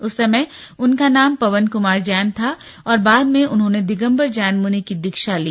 उस समय उनका नाम पवन कुमार जैन था और बाद में उन्होंने दिगम्ब र जैन मुनि की दीक्षा ली